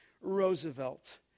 Roosevelt